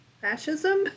fascism